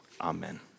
amen